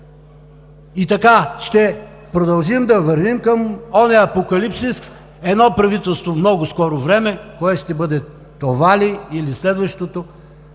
Така ще продължим да вървим към онзи апокалипсис. Едно правителство в много скоро време – кое ще бъде, това ли, или следващото,